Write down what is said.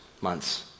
Months